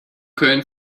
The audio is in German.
köln